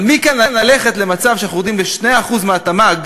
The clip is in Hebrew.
אבל מכאן ללכת למצב שאנחנו יורדים ל-2% מהתמ"ג